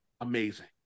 amazing